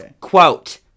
Quote